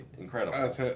incredible